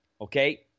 okay